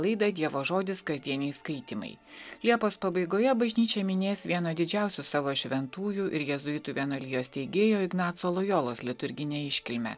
laidą dievo žodis kasdieniai skaitymai liepos pabaigoje bažnyčia minės vieno didžiausių savo šventųjų ir jėzuitų vienuolijos steigėjo ignaco lojolos liturginę iškilmę